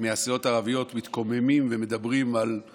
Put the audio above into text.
מהסיעות הערביות מתקוממים ומדברים על זה